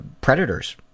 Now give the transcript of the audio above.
Predator's